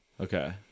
okay